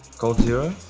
coldzera,